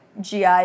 GI